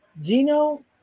Gino